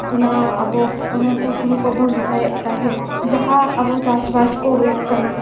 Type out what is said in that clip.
ᱚᱱᱟ ᱟᱵᱚ ᱚᱱᱟ ᱠᱚ ᱦᱳᱲᱳ ᱠᱚᱵᱚᱱ ᱨᱚᱦᱚᱭᱮᱜ ᱛᱟᱦᱮᱸᱜ ᱡᱟᱦᱟᱸ ᱟᱵᱚ ᱪᱟᱥᱼᱵᱟᱥ ᱠᱚ ᱦᱩᱭᱩᱜ ᱠᱟᱱᱟ